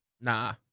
Nah